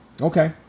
Okay